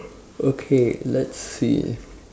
okay let's see